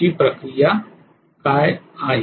ची प्रक्रिया काय आहे